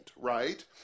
right